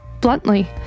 bluntly